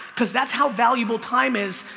cause that's how valuable time is.